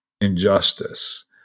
injustice